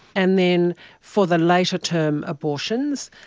and then for the later-term abortions,